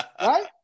right